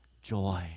Joy